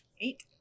eight